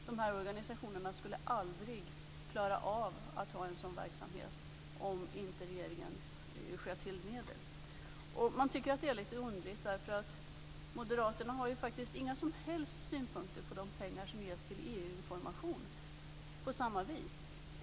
De här organisationerna skulle aldrig klara av att ha en sådan verksamhet om inte regeringen sköt till medel. Man tycker att det är lite underligt eftersom moderaterna ju inte har några som helst synpunkter på de pengar som på samma vis ges till EU-information.